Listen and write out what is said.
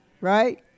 Right